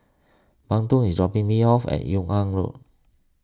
Benton is dropping me off at Yung An Road